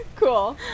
Cool